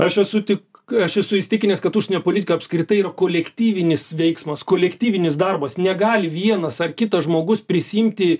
aš esu tik aš esu įsitikinęs kad užsienio politika apskritai yra kolektyvinis veiksmas kolektyvinis darbas negali vienas ar kitas žmogus prisiimti